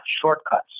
shortcuts